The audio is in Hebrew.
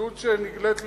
המציאות שנגלית לעינינו,